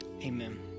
Amen